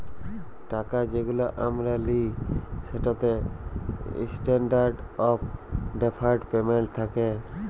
টাকা যেগুলা আমরা লিই সেটতে ইসট্যান্ডারড অফ ডেফার্ড পেমেল্ট থ্যাকে